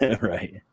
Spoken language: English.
right